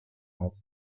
auf